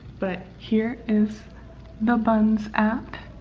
but here is the bunz app,